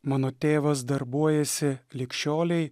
mano tėvas darbuojasi lig šiolei